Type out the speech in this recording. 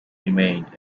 remained